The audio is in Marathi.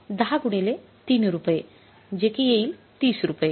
१० गुणिले ३ रुपये जे कि येईल ३० रुपये